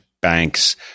banks